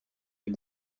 les